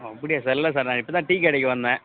ஓ அப்படியா சார் இல்லை சார் நான் இப்ப தான் டீ கடைக்கு வந்தேன்